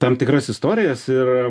tam tikras istorijas ir